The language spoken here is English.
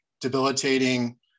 debilitating